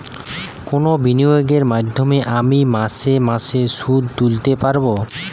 কোন বিনিয়োগের মাধ্যমে আমি মাসে মাসে সুদ তুলতে পারবো?